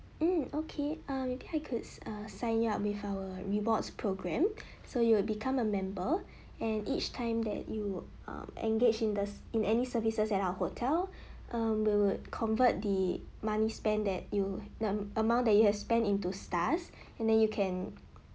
mm okay err maybe I could err sign you up with our rewards programme so you will become a member and each time that you um engaged in the in any services at our hotel um we would convert the money spent that you the amount that you have spent into stars and then you can